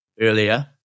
earlier